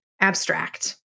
abstract